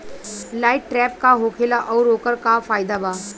Light trap का होखेला आउर ओकर का फाइदा बा?